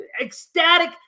ecstatic